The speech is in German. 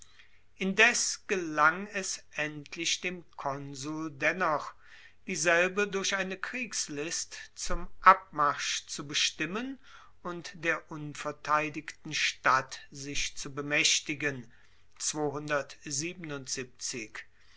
indes gelang es endlich dem konsul dennoch dieselbe durch eine kriegslist zum abmarsch zu bestimmen und der unverteidigten stadt sich zu bemaechtigen